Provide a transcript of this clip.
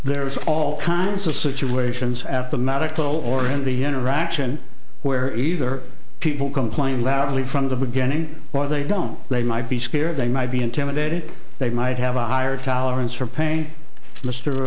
are all kinds of situations at the medical or in the interaction where either people complain loudly from the beginning or they don't they might be scared they might be intimidated they might have a higher tolerance for pain mr